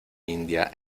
india